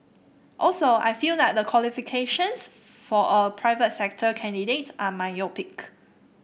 also I feel that the qualifications for a private sector candidate are myopic